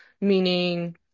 meaning